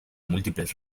múltiples